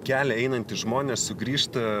kelią einantys žmonės sugrįžta